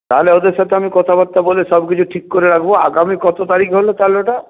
তাহলে ওদের সাথে আমি কথাবার্তা বলে সবকিছু ঠিক করে রাখবো আগামী কত তারিখ হলো তাহলে ওটা